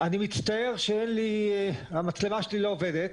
אני מצטער שהמצלמה שלי לא עובדת.